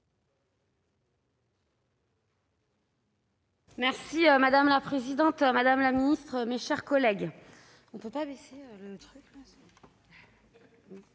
Madame la présidente, madame la ministre, mes chers collègues,